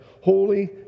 holy